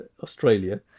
australia